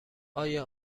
آیا